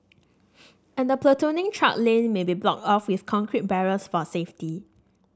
and the platooning truck lane may be blocked off with concrete barriers for safety